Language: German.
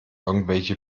irgendwelche